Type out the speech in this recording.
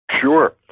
Sure